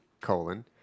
Colon